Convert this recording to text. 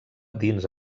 dins